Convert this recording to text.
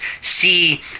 see